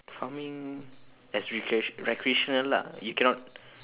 farming as recrea~ recreational ah you cannot